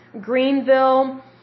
Greenville